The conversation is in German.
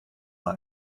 mal